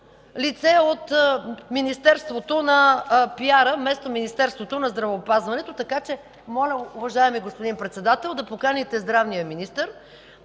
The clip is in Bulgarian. лице от министерството на пиара, вместо от Министерството на здравеопазването. Моля, господин Председател, да поканите здравният министър